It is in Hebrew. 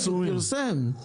הוא פרסם,